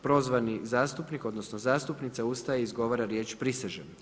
Prozvani zastupnik odnosno zastupnica ustaje i izgovara riječ prisežem.